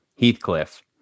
Heathcliff